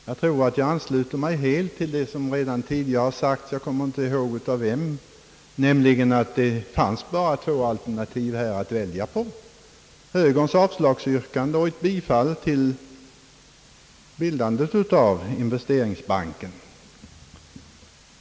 Jag ansluter mig nog helt till det som redan tidigare har sagts — jag kommer inte ihåg av vem — nämligen att det här bara fanns två alternativ att välja på: högerns avslagsyrkande och ett yrkande om bifall till bildandet av investeringsbanken.